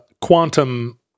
quantum